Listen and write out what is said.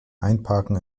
einparken